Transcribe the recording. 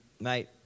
mate